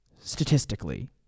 statistically